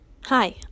Hi